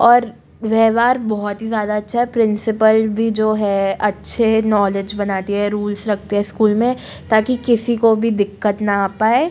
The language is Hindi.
और व्यवहार बहुत ही ज़्यादा अच्छा है प्रिंसिपल भी जो है अच्छे नॉलेज बनाती है रूल्स रखती है स्कूल में ताकि किसी को भी दिक्कत न आ पाए